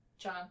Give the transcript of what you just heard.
John